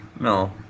No